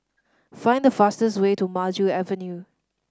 find the fastest way to Maju Avenue